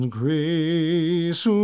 grace